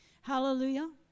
Hallelujah